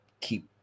keep